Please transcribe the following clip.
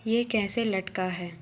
ये कैसे लटका है